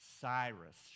Cyrus